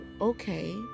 okay